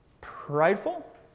prideful